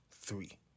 three